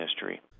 history